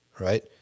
right